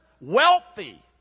Wealthy